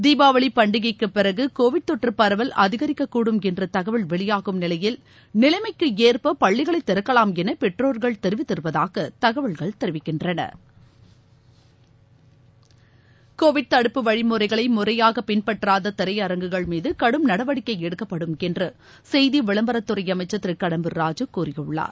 தீபாவளி பண்டிகைக்கு பிறகு கோவிட் தொற்று பரவல் அதிகரிக்கக்கூடும் என்று தகவல் வெளியாகும் நிலையில் நிலைமைக்கு ஏற்ப பள்ளிகளை திறக்கலாம் என பெற்றோர்கள் தெரிவித்திருப்பதாக தகவல்கள் தெரிவிக்கின்றன கோவிட் தடுப்பு வழிமுறைகளை முறையாக பின்பற்றாத திரையரங்குகள் மீது கடும் நடவடிக்கை எடுக்கப்படும் என்று செய்தி விளம்பரத்துறை அமைச்சர் திரு கடம்பூர் ராஜூ கூறியுள்ளார்